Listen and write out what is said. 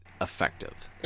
effective